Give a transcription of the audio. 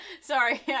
Sorry